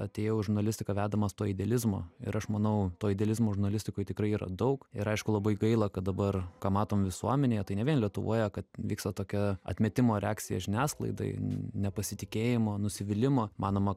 atėjau į žurnalistiką vedamas to idealizmo ir aš manau to idealizmo žurnalistikoj tikrai yra daug ir aišku labai gaila kad dabar ką matom visuomenėje tai ne vien lietuvoje kad vyksta tokia atmetimo reakcija žiniasklaidai nepasitikėjimo nusivylimo manoma